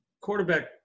quarterback